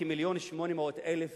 כ-1.8 מיליון